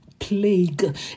plague